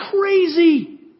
crazy